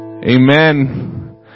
Amen